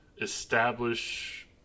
establish